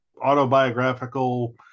autobiographical